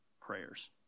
prayers